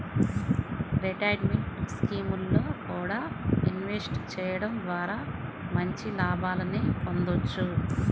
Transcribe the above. retirement స్కీముల్లో కూడా invest చెయ్యడం ద్వారా మంచి లాభాలనే పొందొచ్చు